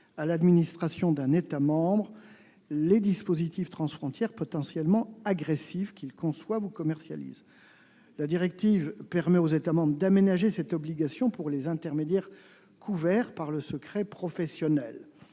à l'administration d'un État membre les dispositifs transfrontières potentiellement agressifs qu'ils conçoivent ou commercialisent. La directive permet aux États membres d'aménager cette obligation pour les intermédiaires couverts par le secret professionnel,